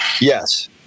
Yes